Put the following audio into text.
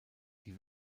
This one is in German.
die